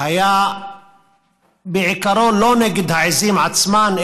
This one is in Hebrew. היה בעיקרון לא נגד העיזים עצמן,